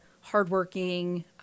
hardworking